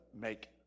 make